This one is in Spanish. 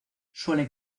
suelen